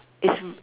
it's r~